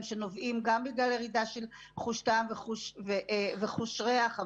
שנובעים גם בגלל הירידה של חום טעם וחוש ריח,